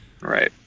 Right